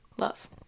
love